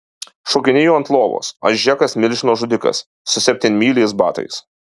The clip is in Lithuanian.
šokinėju ant lovos aš džekas milžino žudikas su septynmyliais batais